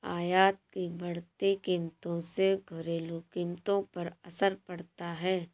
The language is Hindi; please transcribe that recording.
आयात की बढ़ती कीमतों से घरेलू कीमतों पर असर पड़ता है